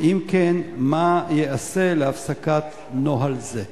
2. אם כן, מה ייעשה להפסקת נוהל זה?